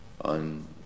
on